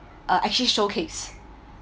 uh actually showcase